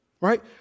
Right